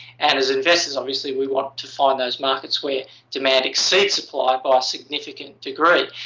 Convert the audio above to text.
and as investors, obviously, we want to find those markets where demand exceeds supply by a significant degree.